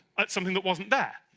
at something that wasn't there